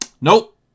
Nope